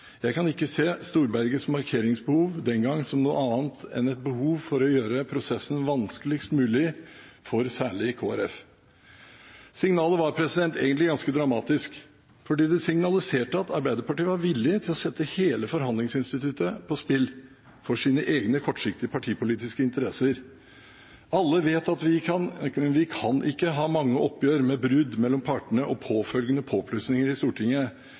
Jeg kan ikke se Storbergets markeringsbehov den gangen som noe annet enn et behov for å gjøre prosessen vanskeligst mulig, særlig for Kristelig Folkeparti. Signalet var egentlig ganske dramatisk fordi det signaliserte at Arbeiderpartiet var villig til å sette hele forhandlingsinstituttet på spill for sine egne kortsiktige, partipolitiske interesser. Alle vet at vi kan ikke ha mange oppgjør med brudd mellom partene og påfølgende påplussinger i Stortinget,